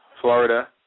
Florida